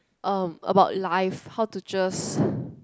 um about life how to just